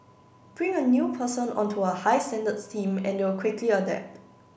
bring a new person onto a high standards team and they'll quickly adapt